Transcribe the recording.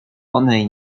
onej